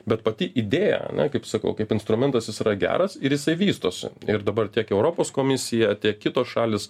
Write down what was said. bet pati idėja ane kaip sakau kaip instrumentas jis yra geras ir jisai vystosi ir dabar tiek europos komisija tiek kitos šalys